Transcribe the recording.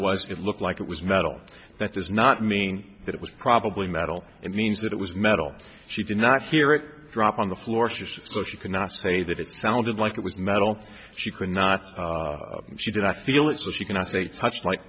was it looked like it was metal that does not mean that it was probably metal and means that it was metal she did not hear it drop on the floor so she could not say that it sounded like it was metal she could not she did i feel it was you can i say touch like